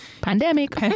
pandemic